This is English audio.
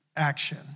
action